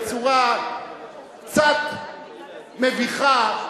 בצורה קצת מביכה,